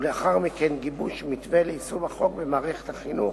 ולאחר מכן גיבוש מתווה ליישום החוק במערכת החינוך,